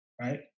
Right